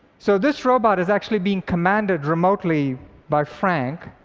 so this robot is actually being commanded remotely by frank,